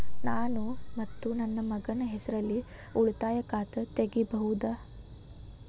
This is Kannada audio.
ನಾನು ಮತ್ತು ನನ್ನ ಮಗನ ಹೆಸರಲ್ಲೇ ಉಳಿತಾಯ ಖಾತ ತೆಗಿಬಹುದ?